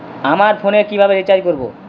আমার ফোনে কিভাবে রিচার্জ করবো?